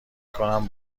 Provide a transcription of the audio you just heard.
کنم